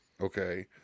okay